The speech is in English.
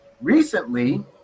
Recently